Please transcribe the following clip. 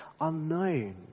unknown